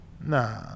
Nah